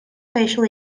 facial